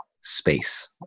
space